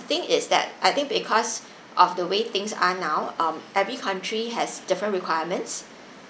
the thing is that I think because of the way things are now um every country has different requirements